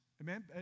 Amen